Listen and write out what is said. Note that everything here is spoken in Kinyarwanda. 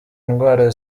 indwara